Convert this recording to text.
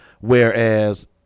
whereas